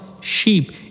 sheep